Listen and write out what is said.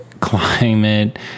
climate